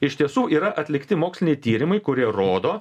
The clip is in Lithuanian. iš tiesų yra atlikti moksliniai tyrimai kurie rodo